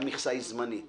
שהמכסה היא זמנית.